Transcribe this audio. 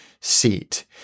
seat